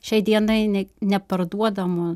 šiai dienai ne neparduodamų